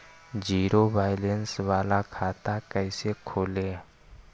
Zero balance बाला खाता कैसे खोले?